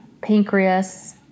pancreas